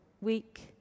week